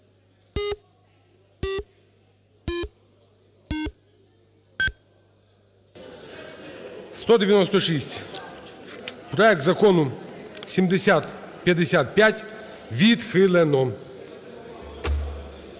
За-196 Проект Закону 7055 відхилено.